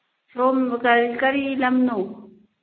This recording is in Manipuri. ꯁꯣꯝ ꯀꯔꯤ ꯀꯔꯤ ꯂꯝꯅꯣ